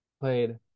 played